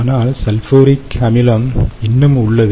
ஆனால் சல்பூரிக் அமிலம் இன்னும் உள்ளது